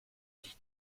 sich